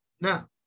Now